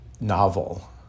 novel